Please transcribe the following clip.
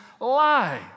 lie